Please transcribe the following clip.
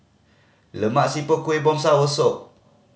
Lemak Siput Kuih Bom soursop